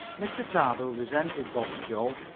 mr. tarbill resented bob's joke,